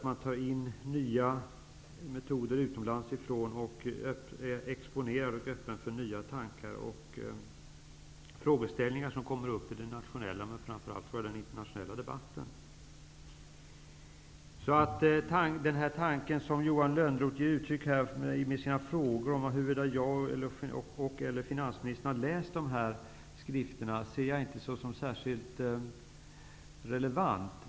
Man tar in nya metoder från utlandet, exponeras och är öppen för nya tankar och frågeställningar som kommer upp i den nationella men framför allt den internationella debatten. Den tanke som Johan Lönnroth ger uttryck för i sina frågor om huruvida jag eller finansministern har läst dessa skrifter ser jag inte som särskilt relevant.